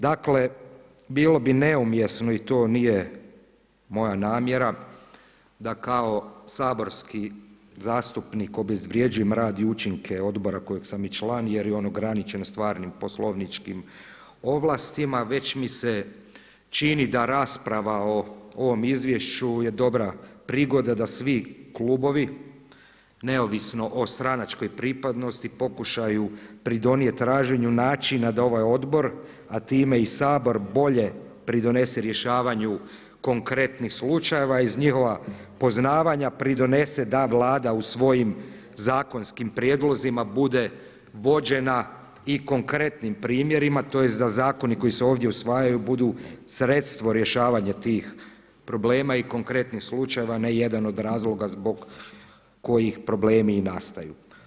Dakle, bilo bi neumjesno i to nije moja namjera dakao saborski zastupnik obezvrjeđujem rad i učinke odbora kojeg sam i član jer je on ograničen stvarnim poslovničkim ovlastima, već mi se čini da rasprava o ovom izvješću je dobra prigoda da svi klubovi neovisno o stranačkoj pripadnosti pokušaju pridonijeti traženju načina da ovaj odbor, a time i Sabor bolje pridonese rješavanju konkretnih slučajeva iz njihova poznavanja pridonese da Vlada u svojim zakonskim prijedlozima bude vođena i konkretnim primjerima, tj. da zakoni koji se ovdje usvajaju budu sredstvo rješavanja tih problema i konkretnih slučajeva na jedan od razloga zbog koji problemi i nastaju.